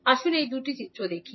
আসুন এই দুটি চিত্র দেখি